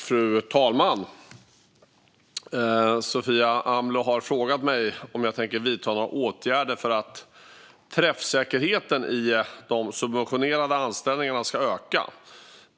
Fru talman! Sofia Amloh har frågat mig om jag tänker vidta några åtgärder för att träffsäkerheten i de subventionerade anställningarna ska öka.